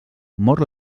mor